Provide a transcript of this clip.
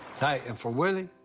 hey, and for willie,